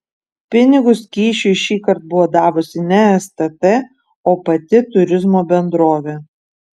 pinigus kyšiui šįkart buvo davusi ne stt o pati turizmo bendrovė